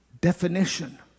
Definition